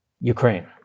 Ukraine